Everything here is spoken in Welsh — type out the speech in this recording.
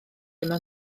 mewn